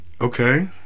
okay